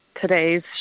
today's